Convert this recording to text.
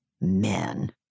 men